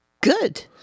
Good